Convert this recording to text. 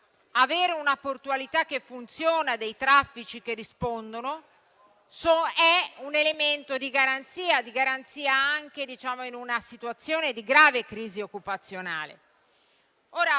avere una portualità che funziona e dei traffici che rispondono è un elemento di garanzia anche in una situazione di grave crisi occupazionale.